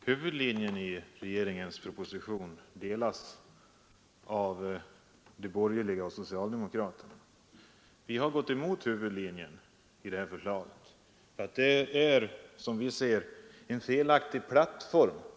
Herr talman! De borgerliga och socialdemokraterna ansluter sig till huvudlinjen i regeringens proposition, medan vi har gått emot huvudlinjen i förslaget. Som vi ser det bygger man här på en felaktig plattform.